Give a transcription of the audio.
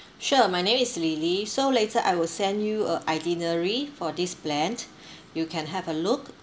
sure my name is lily so later I will send you a itinerary for this plan you can have a look